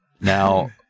Now